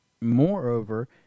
moreover